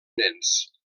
nens